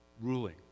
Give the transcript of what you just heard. ruling